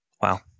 Wow